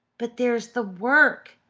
but there's the work.